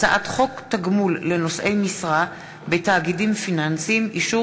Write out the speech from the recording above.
הצעת חוק תגמול לנושאי משרה בתאגידים פיננסיים (אישור